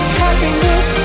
happiness